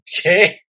okay